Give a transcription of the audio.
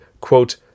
quote